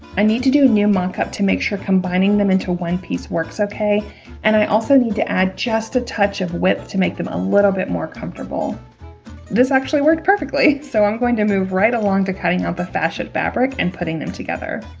i need to do a new mock-up to make sure combining them into one piece works okay and i also need to add just a touch of width to make them a little bit more comfortable this actually worked perfectly so i'm going to move right along to cutting out the fashion fabric and putting them together